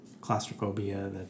claustrophobia